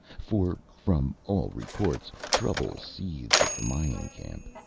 for, from all reports, trouble seethed at the mining camp.